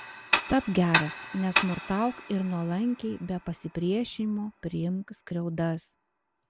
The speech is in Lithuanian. tapk geras nesmurtauk ir nuolankiai be pasipriešinimo priimk skriaudas